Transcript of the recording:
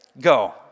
go